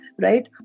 right